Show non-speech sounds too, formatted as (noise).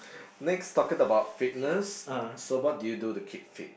(breath) next talking about fitness so what do you do to keep fit